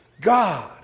God